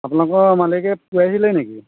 আপোনালোকৰ মালিকে পুবাইছিলে নেকি